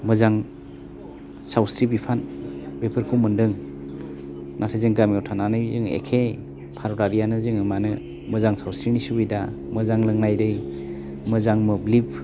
मोजां सावस्रि बिफान बेफोरखौ मोन्दों नाथाय जों गामियाव थानानै जों एखे फालगारियानो जोङो मानो मोजां सावस्रिनि सुबिदा मोजां लोंनाय दै मोजां मोब्लिब